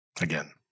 Again